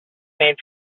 made